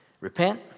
repent